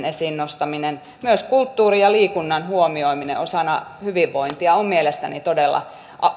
esiinnostaminen myös kulttuurin ja liikunnan huomioiminen osana hyvinvointia on mielestäni todella